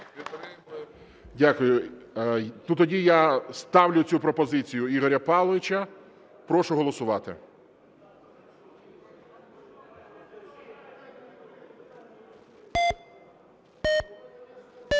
Дякую. Тоді я ставлю цю пропозицію Ігоря Павловича. Прошу голосувати.